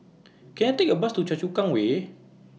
Can I Take A Bus to Choa Chu Kang Way